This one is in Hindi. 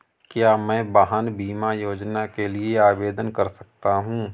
क्या मैं वाहन बीमा योजना के लिए आवेदन कर सकता हूँ?